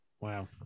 wow